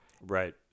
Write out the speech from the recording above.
right